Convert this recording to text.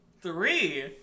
Three